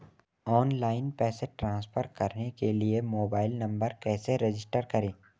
Online पैसे transfer करने के लिए मोबाइल नंबर कैसे रजिस्टर करें?